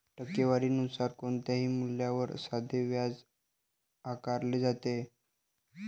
टक्केवारी नुसार कोणत्याही मूल्यावर साधे व्याज आकारले जाते